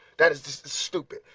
that is stupid.